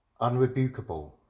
unrebukable